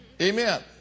Amen